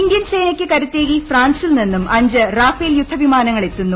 Indian സേനയ്ക്ക് കരുത്തേകി ഫ്രാൻസിൽ നിന്നും അഞ്ച് റാഫേൽ യുദ്ധവിമാനങ്ങൾ എത്തുന്നു